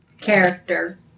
character